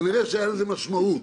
כנראה שהייתה לזה משמעות.